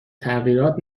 تغییرات